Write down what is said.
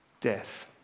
death